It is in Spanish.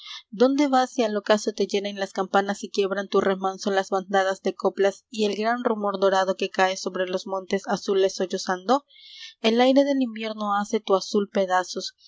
dónde vas si al ocaso te hieren las campanas y quiebran tu remanso las bandadas de coplas el gran rumor dorado que cae sobre los montes azules sollozando el aire del invierno hace tu azul pedazos